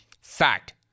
Fact